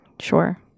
Sure